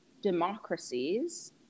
democracies